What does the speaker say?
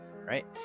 right